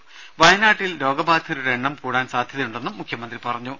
രുര വയനാട്ടിൽ രോഗബാധിതരുടെ എണ്ണം കൂടാൻ സാധ്യതയുണ്ടെന്നും മുഖ്യമന്ത്രി പറഞ്ഞു